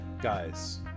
Guys